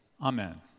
Amen